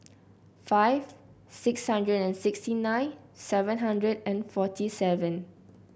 five six hundred and sixty nine seven hundred and forty seven